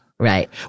Right